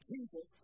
Jesus